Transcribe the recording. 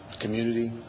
community